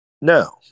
No